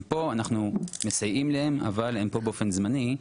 הם פה, אנחנו מסייעים להם, אבל הם פה באופן זמני.